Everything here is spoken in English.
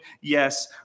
yes